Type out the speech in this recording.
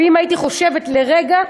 ואם הייתי חושבת לרגע,